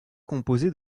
composés